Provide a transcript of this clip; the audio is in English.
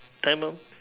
time up